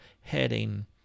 heading